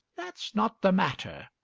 that's not the matter,